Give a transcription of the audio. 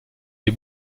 des